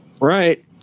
Right